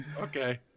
okay